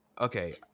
okay